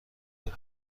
بود